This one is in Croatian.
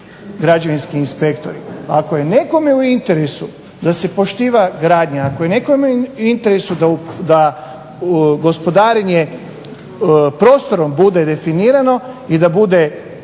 građevinski inspektori. Ako je nekome u interesu da se poštiva gradnja, ako je nekome u interesu da gospodarenje prostorom bude definirano i da bude